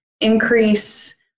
increase